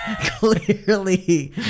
clearly